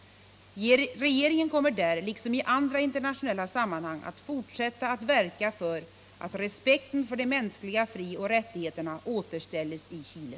Regeringen kommer där — liksom i andra internationella sammanhang -— att fortsätta att verka för att respekten för de mänskliga frioch rättigheterna återställs i Chile.